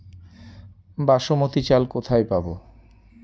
বাসমতী চাল কোথায় পাবো?